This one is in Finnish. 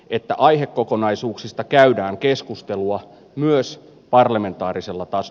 että aihekokonaisuuksista käydään keskustelua myös parlamentaarisella taas